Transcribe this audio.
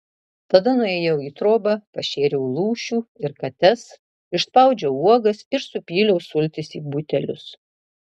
tada nuėjau į trobą pašėriau lūšių ir kates išspaudžiau uogas ir supyliau sultis į butelius